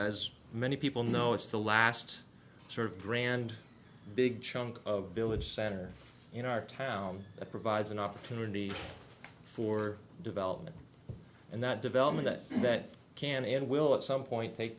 as many people know it's the last sort of grand big chunk of village center you know our town provides an opportunity for development and that development that that can and will at some point take